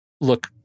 look